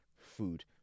food